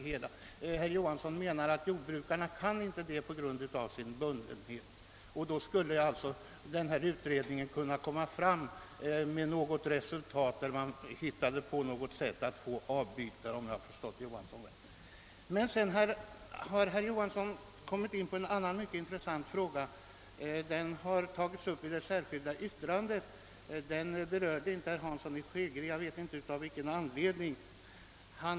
Herr Johansson menar att jordbrukarna på grund av sin bundenhet inte kan ta någon semester men att en utredning skulle kunna komma på något sätt att skaffa avbytare, om jag förstod herr Johansson rätt. Sedan kom herr Johansson in på en mycket intressant fråga, som har tagits upp i det särskilda yttrandet men som herr Hansson i Skegrie av någon anledning inte berörde.